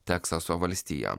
teksaso valstiją